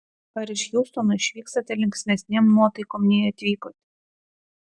ar iš hjustono išvykstate linksmesnėm nuotaikom nei atvykote